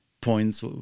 points